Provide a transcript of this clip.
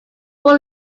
full